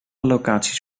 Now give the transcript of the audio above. locaties